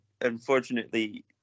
unfortunately